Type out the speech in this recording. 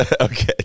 okay